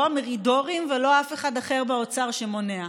לא המרידורים ולא אף אחד באוצר שמונע.